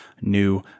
new